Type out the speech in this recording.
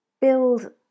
build